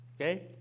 Okay